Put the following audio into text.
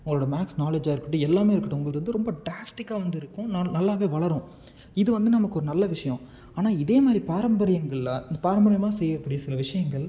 உங்களோடய மேக்ஸ் நாலேஜாக இருக்கட்டும் எல்லாமே இருக்கட்டும் உங்களுது வந்து ரொம்ப ட்ராஸ்ட்டிக்காக வந்து இருக்கும் நான் நல்லா வளரும் இது வந்து நமக்கு ஒரு நல்ல விஷயம் ஆனால் இதே மாதிரி பாரம்பரியங்களில் இந்த பாரம்பரியமாக செய்யக் கூடிய சில விஷயங்கள்